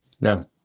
No